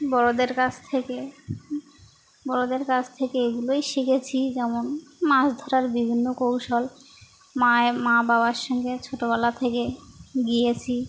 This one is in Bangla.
বড়োদের কাছ থেকে বড়োদের কাছ থেকে এগুলোই শিখেছি যেমন মাছ ধরার বিভিন্ন কৌশল মায়ের মা বাবার সঙ্গে ছোটোবেলা থেকে গিয়েছি